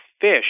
fish